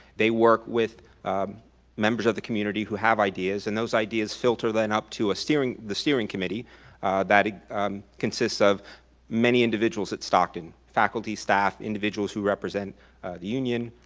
they work with members of the community who have ideas and those ideas filter then up to the steering committee that consists of many individuals at stockton. faculty, staff individuals who represent the union,